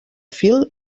fil